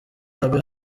abe